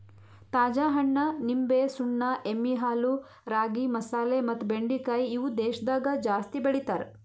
ತಾಜಾ ಹಣ್ಣ, ನಿಂಬೆ, ಸುಣ್ಣ, ಎಮ್ಮಿ ಹಾಲು, ರಾಗಿ, ಮಸಾಲೆ ಮತ್ತ ಬೆಂಡಿಕಾಯಿ ಇವು ದೇಶದಾಗ ಜಾಸ್ತಿ ಬೆಳಿತಾರ್